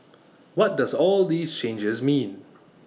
what does all these changes mean